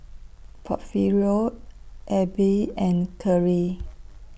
Porfirio Abbey and Kerri